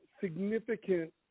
significant